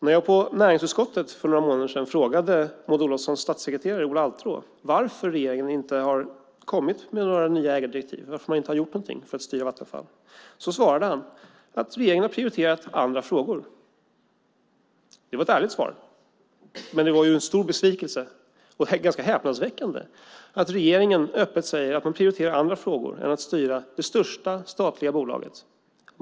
När jag i näringsutskottet för några månader sedan frågade Maud Olofssons statssekreterare Ola Alterå varför regeringen inte har kommit med nya ägardirektiv eller gjort något för att styra Vattenfall svarade han: Regeringen har prioriterat andra frågor. Det var ett ärligt svar, men det var en stor besvikelse och ganska häpnadsväckande att regeringen öppet säger att man prioriterar andra frågor än att styra det största statliga bolaget.